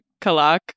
Kalak